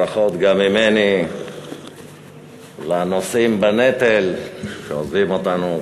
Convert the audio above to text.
ברכות גם ממני לנושאים בנטל שעוזבים אותנו.